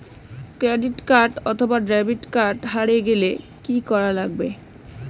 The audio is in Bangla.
ক্রেডিট কার্ড অথবা ডেবিট কার্ড হারে গেলে কি করা লাগবে?